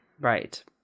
right